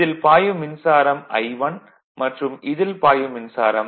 இதில் பாயும் மின்சாரம் I1 மற்றும் இதில் பாயும் மின்சாரம்